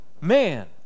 Man